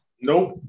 Nope